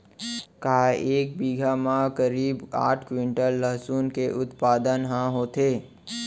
का एक बीघा म करीब आठ क्विंटल लहसुन के उत्पादन ह होथे?